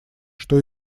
что